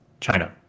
China